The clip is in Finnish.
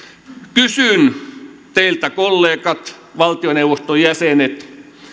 kysyn teiltä kollegat valtioneuvoston jäsenet